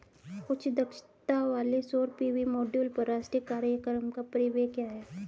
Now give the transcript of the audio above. उच्च दक्षता वाले सौर पी.वी मॉड्यूल पर राष्ट्रीय कार्यक्रम का परिव्यय क्या है?